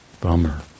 Bummer